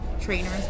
trainers